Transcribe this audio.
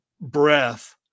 breath